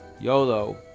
YOLO